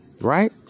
right